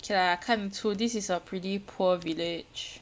K lah 看得出 this is a pretty poor village